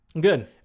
Good